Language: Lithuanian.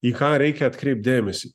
į ką reikia atkreipt dėmesį